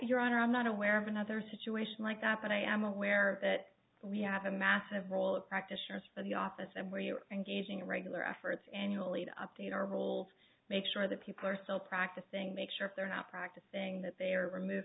your honor i'm not aware of another situation like that but i am aware that we have a massive role of practitioners for the office and where you are engaging in regular efforts annually to update our roles make sure the people are still practicing make sure they're not practicing that they are removed